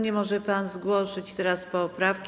Nie może pan zgłosić teraz poprawki.